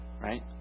right